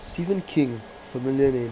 stephen king familiar leh